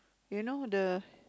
you know the